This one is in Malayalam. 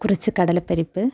കുറച്ച് കടല പരിപ്പ്